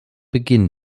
beginn